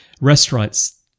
restaurants